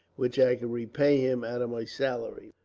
which i can repay him out of my salary.